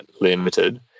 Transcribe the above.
limited